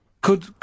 could-